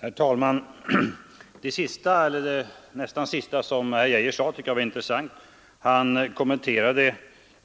Herr talman! Något som herr Arne Geijer i Stockholm sade mot slutet av sitt anförande tycker jag var intressant. Han kommenterade